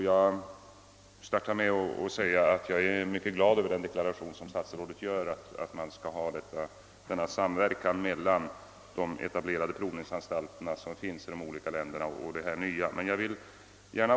Jag är glad över statsrådets deklaration att man skall ha denna samverkan mellan å ena sidan de redan etablerade provningsanstalterna i de olika länderna och å andra sidan den nya institutionen.